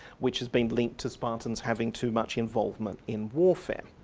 which has been linked to spartans having too much involvement in warfare.